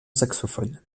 saxophone